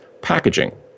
packaging